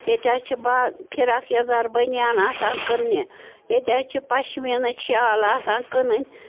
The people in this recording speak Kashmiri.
ییٚتہِ حظ چھِ با فِراک یزار بنیان آسان کٕنٛنہِ ییٚتہِ حظ چھِ پَشمیٖنٕکۍ شال آسان کٕنٕنۍ